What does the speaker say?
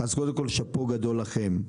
אז שאפו גדול לכם.